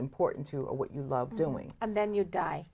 important to what you love doing and then you die